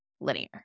linear